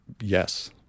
Yes